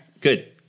good